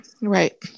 right